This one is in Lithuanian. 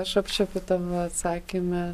aš apčiuopiu tavo atsakyme